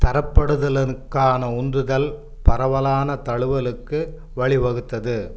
தரப்படுத்தலுனுக்கான உந்துதல் பரவலான தலுவலுக்கு வலிவகுத்தது